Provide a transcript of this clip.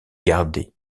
gardée